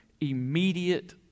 immediate